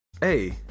hey